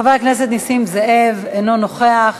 חבר הכנסת נסים זאב, אינו נוכח.